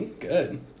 Good